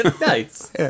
Nice